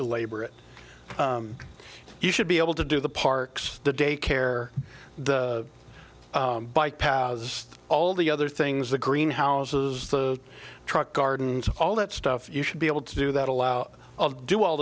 belabor it you should be able to do the parks the daycare the bike paths all the other things the greenhouses the truck gardens all that stuff you should be able to do that allow do all